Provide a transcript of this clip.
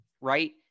Right